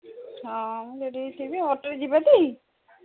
ହ ରେଡି ହୋଇଥିବି ଅଟୋରେ ଯିବାଟି